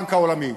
בבנק העולמי.